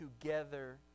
together